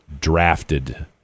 drafted